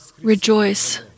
rejoice